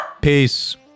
Peace